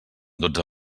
dotze